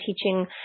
teaching